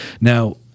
Now